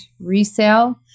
resale